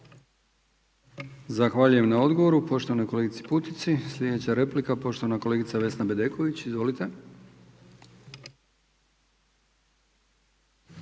Zahvaljujem na odgovor poštovanoj kolegici Putici. Slijedeća replika poštovana kolegica Vesna Bedeković, izvolite.